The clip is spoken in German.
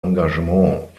engagement